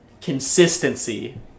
consistency